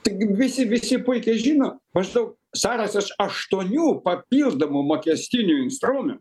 taigi visi visi puikiai žino maždaug sąrašas aštuonių papildomų mokestinių instrumen